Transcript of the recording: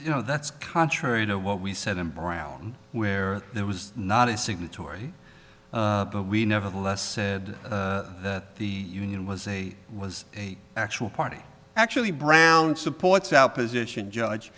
you know that's contrary to what we said in brown where there was not a signatory but we nevertheless said that the union was a was a actual party actually brown supports our position judge